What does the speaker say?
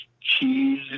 cheese